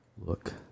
look